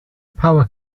power